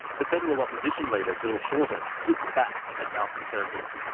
the federal opposition leader bill shorten hits back at malcolm turnbull.